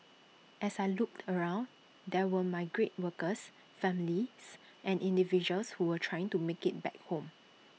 as I looked around there were migrant workers families and individuals who were trying to make IT back home